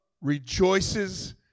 rejoices